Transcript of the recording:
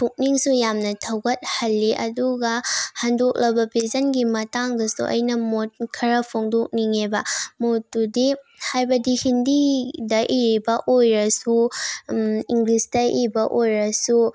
ꯄꯨꯛꯅꯤꯡꯁꯨ ꯌꯥꯝꯅ ꯊꯧꯒꯠꯍꯜꯂꯤ ꯑꯗꯨꯒ ꯍꯟꯗꯣꯛꯂꯕ ꯕꯤꯖꯟꯒꯤ ꯃꯇꯥꯡꯗꯁꯨ ꯑꯩꯅ ꯃꯣꯠ ꯈꯔ ꯐꯣꯡꯗꯣꯛꯅꯤꯡꯉꯦꯕ ꯃꯣꯠꯇꯨꯗꯤ ꯍꯥꯏꯕꯗꯤ ꯍꯤꯟꯗꯤꯗ ꯏꯔꯤꯕ ꯑꯣꯏꯔꯁꯨ ꯏꯪꯂꯤꯁꯇ ꯏꯕ ꯑꯣꯏꯔꯁꯨ